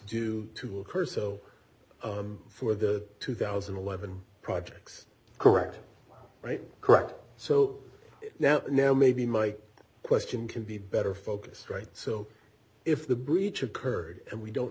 due to occur so for the two thousand and eleven projects correct right correct so now now maybe my question can be better focus right so if the breach occurred and we don't